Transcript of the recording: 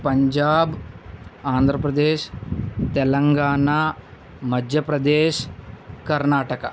Punjab Andhra Pradesh Telangana Madhya Pradesh Karnataka